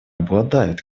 обладает